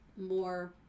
more